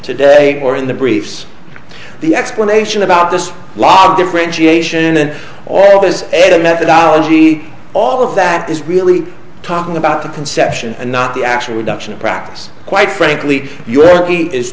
today or in the briefs the explanation about the law differentiation and all that as a methodology all of that is really talking about the conception and not the actual induction of practice quite frankly you are